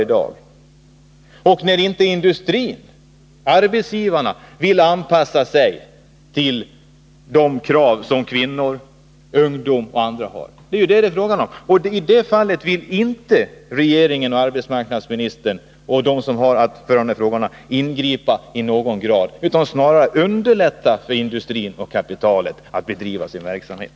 Vad hjälper det, när inte industrin vill anpassa sig till de krav som kvinnor, ungdomar och andra ställer? I det här fallet vill inte regeringen eller arbetsmarknadsministern och andra som har att göra med de här frågorna ingripa i någon grad, utan man vill snarare underlätta för industrin och kapitalet att bedriva sin verksamhet.